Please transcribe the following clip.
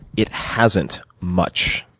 it hasn't much.